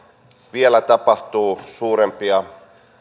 vielä avautuu suurempia